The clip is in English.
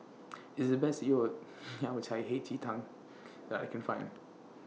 This IS The Best your Yao Cai Hei Ji Tang that I Can Find